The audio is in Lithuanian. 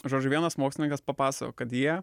žodžiu vienas mokslininkas papasakojo kad jie